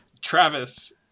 Travis